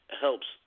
helps